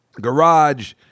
garage